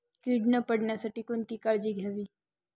कीड न पडण्यासाठी कोणती काळजी घ्यावी?